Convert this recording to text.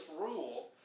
rule